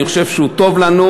אני חושב שהוא טוב לנו,